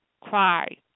cry